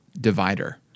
divider